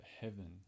heaven